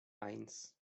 eins